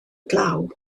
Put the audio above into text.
glaw